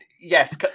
yes